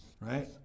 right